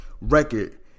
Record